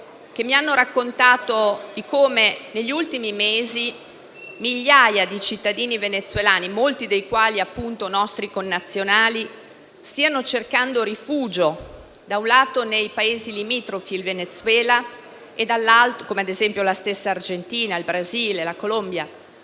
che mi hanno raccontato come, negli ultimi mesi, migliaia di cittadini venezuelani, molti dei quali nostri connazionali, da un lato stiano cercando rifugio nei Paesi limitrofi al Venezuela, come ad esempio la stessa Argentina, il Brasile o la Colombia,